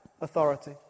authority